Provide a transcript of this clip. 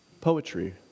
poetry